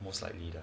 most likely lor